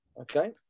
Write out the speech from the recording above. Okay